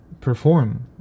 perform